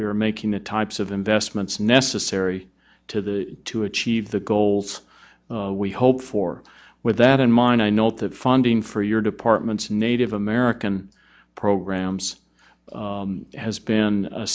we are making the types of investments necessary to the to achieve the goals we hoped for with that in mind i noted funding for your department's native american programs has been